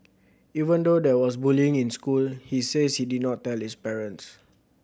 even though there was bullying in school he says he did not tell his parents